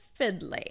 fiddly